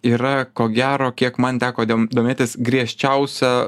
yra ko gero kiek man teko domėtis griežčiausia